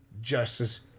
Justice